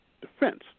defense